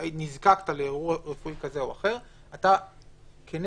נזקקת לאירוע רפואי כזה או אחר וכנגדו